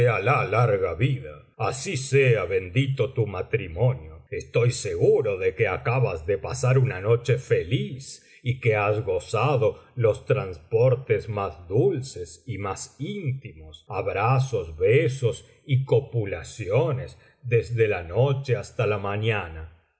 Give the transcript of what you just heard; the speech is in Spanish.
concédate alah larga vida así sea bendito tu matrimonio estoy seguro de que acabas de pasar una noche feliz y que lias gozado los transportes más dulces y más íntimos abrazos besos y copulaciones desde la noche hasta la mañana